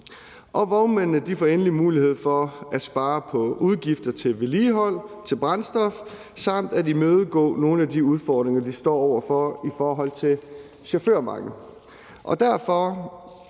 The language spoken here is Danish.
får vognmændene mulighed for at spare på udgifter til vedligehold og til brændstof samt at imødegå nogle af de udfordringer, de står over for, med chaufførmangel. Derfor